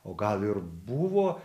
o gal ir buvo